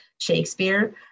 Shakespeare